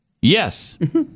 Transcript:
Yes